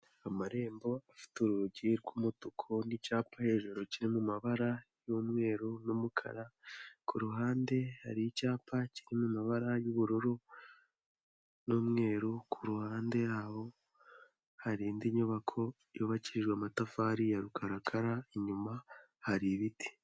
Amarembo afite urugi rw'umutuku n'icyapa hejuru kiri mu mabara y'umweru n'umukara, ku ruhande hari icyapa kiri mu amabara y'ubururu n'umweru, ku ruhande yaho hari indi nyubako yubakijwe amatafari ya rukarakara, inyuma hari ibiti.